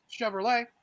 Chevrolet